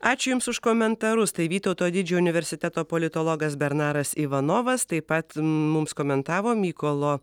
ačiū jums už komentarus tai vytauto didžiojo universiteto politologas bernaras ivanovas taip pat mums komentavo mykolo